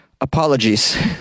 apologies